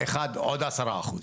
עוד עשרה אחוז,